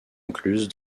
incluse